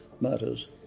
matters